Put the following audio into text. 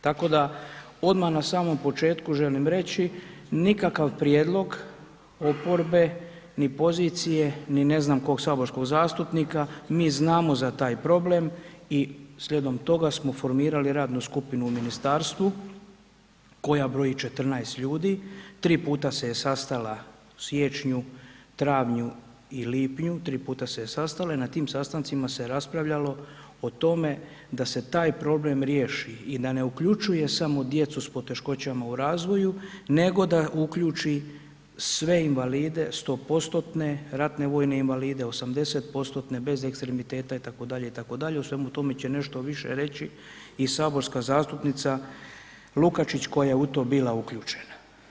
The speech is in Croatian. Tako da odmah na samom početku želim reći, nikakav prijedlog oporbe nit pozicije ni ne znam kog saborskog zastupnika, mi znamo za taj problem i slijedom toga smo formirali radnu skupinu u ministarstvu koja broji 14 ljudi, 3 puta se je sastala u siječnju, travnju i lipnju, tri puta se je sastala i na tim sastancima se raspravljalo o tome da se taj problem riješi i da ne uključuje samo djecu s poteškoćama u razvoju nego da uključi sve invalide 100%-tne, ratne vojne invalide, 80%-tne, bez ekstremiteta itd., itd., o svemu tome će nešto više reći i saborska zastupnica Lukačić koja je u to bila uključena.